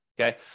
Okay